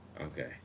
Okay